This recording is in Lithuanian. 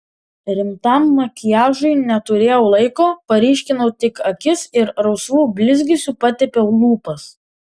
rimtam makiažui neturėjau laiko paryškinau tik akis ir rausvu blizgesiu patepiau lūpas